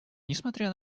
несмотря